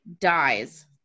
dies